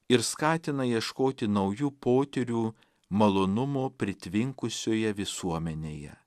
ir skatina ieškoti naujų potyrių malonumo pritvinkusioje visuomenėje